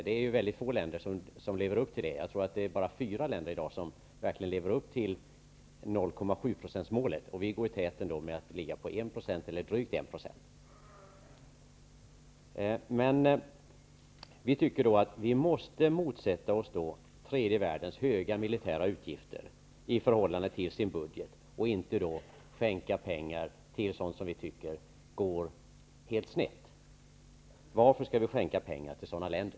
Det är mycket få länder som gör det -- jag tror att det i dag är bara fyra länder som verkligen lever upp till det, och vi går i täten genom att ligga på drygt 1 %. Vi tycker att vi måste motsätta oss de höga militära utgifterna i tredje världens länder i förhållande till deras budgetar och inte skänka pengar till länder som vi tycker utvecklas helt snett. Varför skall vi skänka pengar till sådana länder?